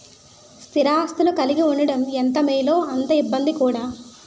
స్థిర ఆస్తులు కలిగి ఉండడం ఎంత మేలో అంతే ఇబ్బంది కూడా